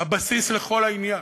הבסיס לכל העניין.